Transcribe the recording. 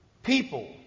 People